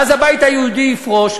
ואז הבית היהודי יפרוש.